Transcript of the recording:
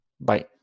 Bye